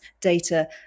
data